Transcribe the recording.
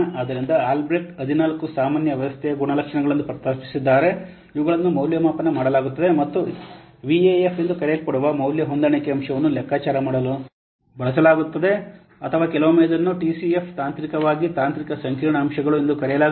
ಆದ್ದರಿಂದ ಆಲ್ಬ್ರೆಕ್ಟ್ 14 ಸಾಮಾನ್ಯ ವ್ಯವಸ್ಥೆಯ ಗುಣಲಕ್ಷಣಗಳನ್ನು ಪ್ರಸ್ತಾಪಿಸಿದ್ದಾರೆ ಇವುಗಳನ್ನು ಮೌಲ್ಯಮಾಪನ ಮಾಡಲಾಗುತ್ತದೆ ಮತ್ತು ವಿಎಎಫ್ ಎಂದು ಕರೆಯಲ್ಪಡುವ ಮೌಲ್ಯ ಹೊಂದಾಣಿಕೆ ಅಂಶವನ್ನು ಲೆಕ್ಕಾಚಾರ ಮಾಡಲು ಬಳಸಲಾಗುತ್ತದೆ ಅಥವಾ ಕೆಲವೊಮ್ಮೆ ಇದನ್ನು ಟಿಸಿಎಫ್ ತಾಂತ್ರಿಕವಾಗಿ ತಾಂತ್ರಿಕ ಸಂಕೀರ್ಣ ಅಂಶಗಳು ಎಂದು ಕರೆಯಲಾಗುತ್ತದೆ